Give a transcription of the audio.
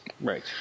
Right